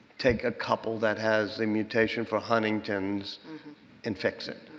take a couple that has a mutation for huntington's and fix it,